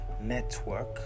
network